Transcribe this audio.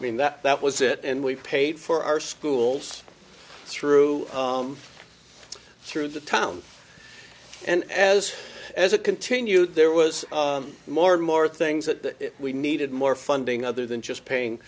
i mean that that was it and we paid for our schools through through the town and as as it continued there was more and more things that we needed more funding other than just paying